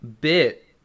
bit